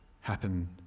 happen